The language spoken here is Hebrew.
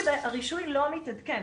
הרישוי לא מתעדכן.